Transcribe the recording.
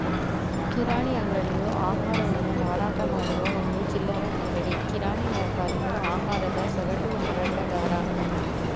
ಕಿರಾಣಿ ಅಂಗಡಿಯು ಆಹಾರವನ್ನು ಮಾರಾಟಮಾಡುವ ಒಂದು ಚಿಲ್ಲರೆ ಅಂಗಡಿ ಕಿರಾಣಿ ವ್ಯಾಪಾರಿಯು ಆಹಾರದ ಸಗಟು ಮಾರಾಟಗಾರ